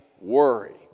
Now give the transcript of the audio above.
worry